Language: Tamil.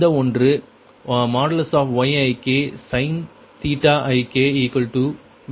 இந்த ஒன்று Yiksin Bik ஆகும்